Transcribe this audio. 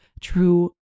true